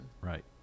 Right